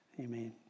Amen